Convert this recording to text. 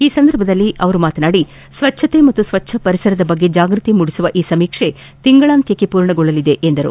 ಈ ಸಂದರ್ಭದಲ್ಲಿ ಮಾತನಾಡಿದ ಅವರು ಸ್ವಚ್ಚತೆ ಮತ್ತು ಸ್ವಚ್ಚ ಪರಿಸರದ ಬಗ್ಗೆ ಜಾಗೃತಿ ಮೂಡಿಸುವ ಈ ಸಮೀಕ್ಷೆ ತಿಂಗಳಾಂತ್ಯಕ್ಕೆ ಪೂರ್ಣಗೊಳ್ಳಲಿದೆ ಎಂದು ತಿಳಿಸಿದರು